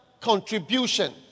contribution